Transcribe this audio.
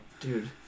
Dude